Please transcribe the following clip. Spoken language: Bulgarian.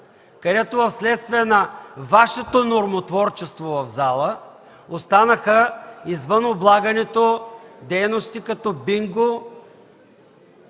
където вследствие на Вашето нормотворчество в залата останаха извън облагането дейности като бинго,